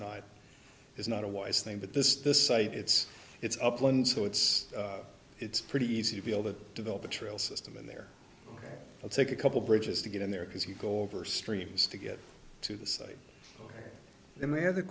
not is not a wise thing but this this site it's it's upland so it's it's pretty easy to be able to develop a trail system in there take a couple bridges to get in there because you go over streams to get to the site and they have the